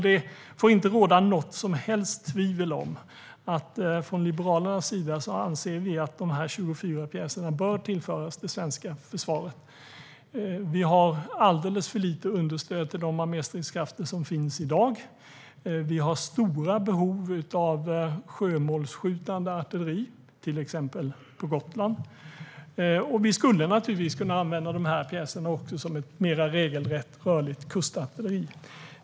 Det får inte råda något som helst tvivel om att vi från Liberalernas sida anser att de här 24 pjäserna bör tillföras det svenska försvaret. Vi har alldeles för lite understöd till de arméstridskrafter som finns i dag. Vi har stora behov av sjömålsskjutande artilleri, till exempel på Gotland. Vi skulle naturligtvis också kunna använda de här pjäserna som ett mer regelrätt rörligt kustartilleri.